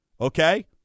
Okay